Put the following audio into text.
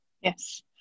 Yes